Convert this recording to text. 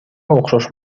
окшош